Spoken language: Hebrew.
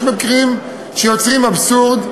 יש מקרים שיוצרים אבסורד,